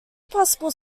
possible